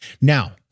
Now